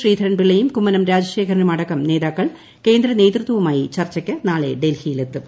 ശ്രീധരൻപിള്ളയും കുമ്മനം രാജശേഖരനുമടക്കം നേതാക്കൾ കേന്ദ്ര നേതൃത്വവുമായി ചർച്ചയ്ക്ക് നാളെ ഡൽഹിയിലെത്തും